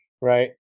right